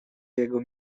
jego